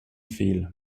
fehl